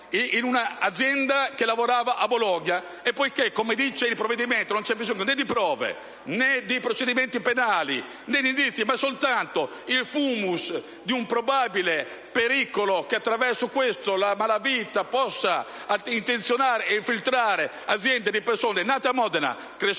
in un'azienda che lavorava a Bologna. Poiché, come dice il provvedimento, non c'è bisogno, né di prove né di procedimenti penali né di indizi, ma basta soltanto il *fumus* di un probabile pericolo che, a seguito di questa situazione, la malavita possa infiltrare aziende di persone nate a Modena, cresciute